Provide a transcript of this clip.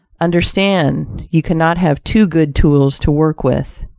understand, you cannot have too good tools to work with,